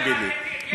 תגיד לי?